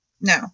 no